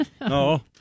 No